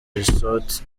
resort